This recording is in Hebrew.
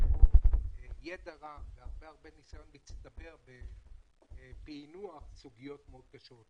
מביאים לתוכו ידע רב והרבה ניסיון מצטבר בפיענוח סוגיות מאוד קשות.